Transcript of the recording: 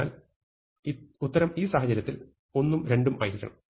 അതിനാൽ ഉത്തരം ഈ സാഹചര്യത്തിൽ 1 ഉം 2 ഉം ആയിരിക്കണം